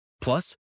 Plus